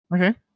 Okay